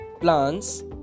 plants